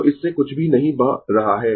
तो इससे कुछ भी नहीं बह रहा है